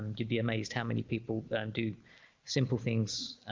you'd be amazed how many people but um do simple things